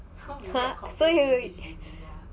so you